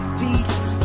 beats